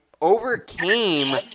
overcame